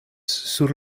sur